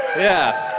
yeah,